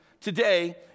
today